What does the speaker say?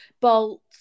bolts